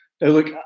look